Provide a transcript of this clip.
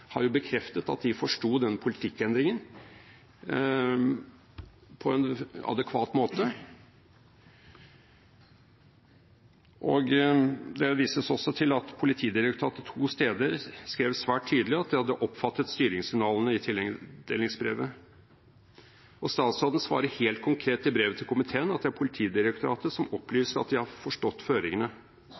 jo har bekreftet at de forsto den politikkendringen på en adekvat måte. Det vises også til at Politidirektoratet to steder skrev svært tydelig at de hadde oppfattet styringssignalene i tildelingsbrevet. Og statsråden svarer helt konkret i brevet til komiteen at det er Politidirektoratet som opplyste at de har forstått føringene.